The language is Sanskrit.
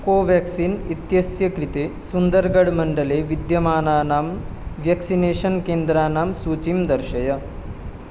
कोवेक्सिन् इत्यस्य कृते सुन्दरगढ़् मण्डले विद्यमानानां व्यक्सिनेषन् केन्द्राणां सूचीं दर्शय